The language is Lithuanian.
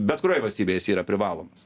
bet kurioj valstybėj jis yra privalomas